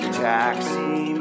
taxi